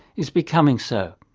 is becoming so.